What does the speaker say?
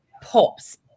pops